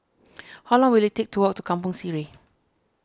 how long will it take to walk to Kampong Sireh